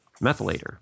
methylator